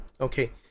Okay